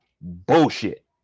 bullshit